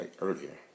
earlier